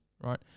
right